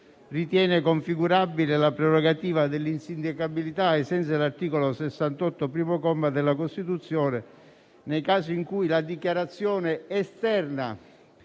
ritiene configurabile la prerogativa dell'insindacabilità ai sensi dell'articolo 68, primo comma, della Costituzione nei casi in cui la dichiarazione esterna